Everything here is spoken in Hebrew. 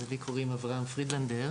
אז לי קוראים אברהם פרידלנדר,